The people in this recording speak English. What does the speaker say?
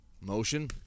Motion